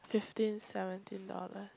fifteen seventeen dollars